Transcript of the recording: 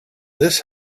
this